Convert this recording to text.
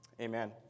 Amen